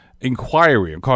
Inquiry